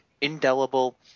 indelible